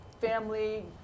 family